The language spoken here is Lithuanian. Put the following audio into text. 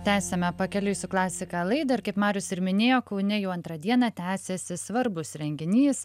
tęsiame pakeliui su klasika laidą kaip marius ir minėjo kaune jau antrą dieną tęsiasi svarbus renginys